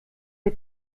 der